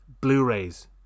Blu-rays